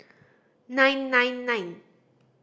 nine nine nine